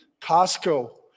costco